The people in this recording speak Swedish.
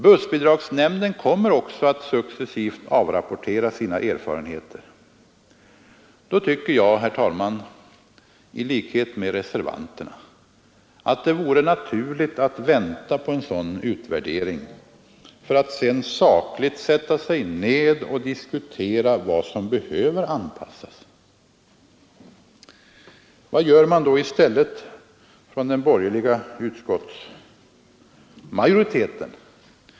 Bussbidragsnämnden kommer också att successivt avrapportera sina erfarenheter. Därför tycker jag, herr talman, i likhet med reservanterna att det vore naturligt att vänta på en sådan utvärdering för att sedan sakligt sätta sig ned och diskutera vad som behöver anpassas. Vad gör då i stället den borgerliga utskottsmajoriteten?